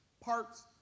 parts